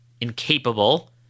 incapable